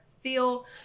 feel –